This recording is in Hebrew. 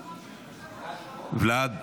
ולד.